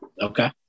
Okay